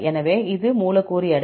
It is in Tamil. எனவே இது மூலக்கூறு எடை